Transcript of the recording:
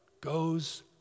goes